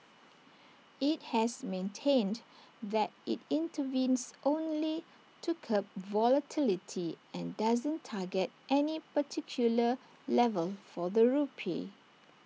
IT has maintained that IT intervenes only to curb volatility and doesn't target any particular level for the rupee